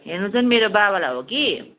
हेर्नु चाहिँ मेरो बाबालाई हो कि